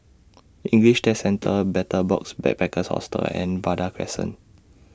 English Test Centre Betel Box Backpackers Hostel and Vanda Crescent